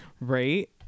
right